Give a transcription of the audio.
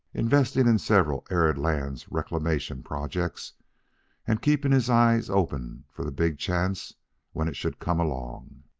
investing in several arid-lands reclamation projects and keeping his eyes open for the big chance when it should come along.